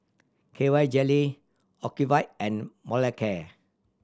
K Y Jelly Ocuvite and Molicare